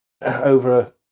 over –